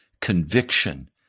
conviction